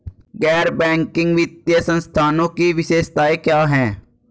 गैर बैंकिंग वित्तीय संस्थानों की विशेषताएं क्या हैं?